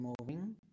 moving